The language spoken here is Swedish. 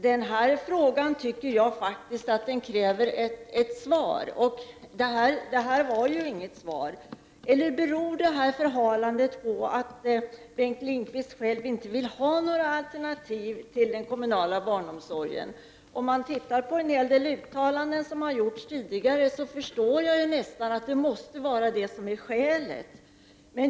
Denna fråga kräver faktiskt ett svar, och detta var ju inget svar. Beror detta förhalande på att Bengt Lindqvist inte vill ha några alternativ till den kommunala barnomsorgen? Med tanke på en hel del uttalanden som har gjorts tidigare förstår jag nästan att detta måste vara skälet.